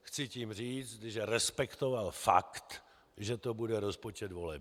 Chci tím říct, že respektoval fakt, že to bude rozpočet volební.